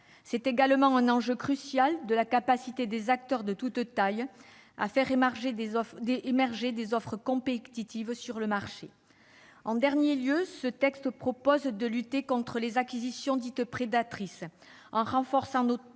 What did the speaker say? C'est également un enjeu crucial de la capacité des acteurs de toutes tailles à faire émerger des offres compétitives sur le marché. En dernier lieu, ce texte vise à lutter contre les acquisitions dites prédatrices, en renforçant notamment